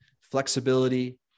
flexibility